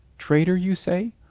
traitor, you say?